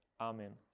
Amen